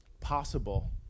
possible